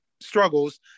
struggles